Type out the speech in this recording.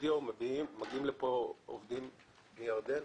מגיעים לפה עובדים מירדן.